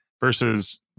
versus